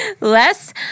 less